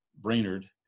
Brainerd